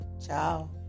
Ciao